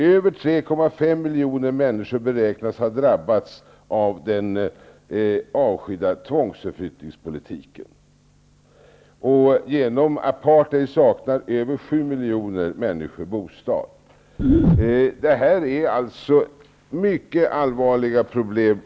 Över 3,5 miljoner människor beräknas ha drabbats av den avskydda tvångsförflyttningspolitiken. Genom apartheid saknar över sju miljoner människor bostad. Man står alltså inför mycket allvarliga problem.